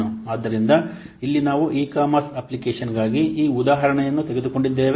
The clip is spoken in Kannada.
ಆದ್ದರಿಂದ ಇಲ್ಲಿ ನಾವು ಇ ಕಾಮರ್ಸ್ ಅಪ್ಲಿಕೇಶನ್ಗಾಗಿ ಈ ಉದಾಹರಣೆಯನ್ನು ತೆಗೆದುಕೊಂಡಿದ್ದೇವೆ